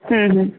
হুম হুম